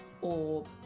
orb